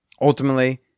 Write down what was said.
Ultimately